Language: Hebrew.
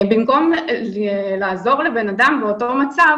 במקום לעזור לאדם באותו מצב,